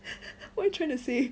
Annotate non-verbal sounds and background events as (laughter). (laughs) what you trying to say